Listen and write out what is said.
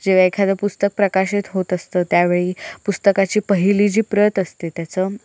जेव्हा एखादं पुस्तक प्रकाशित होत असतं त्यावेळी पुस्तकाची पहिली जी प्रत असते त्याचं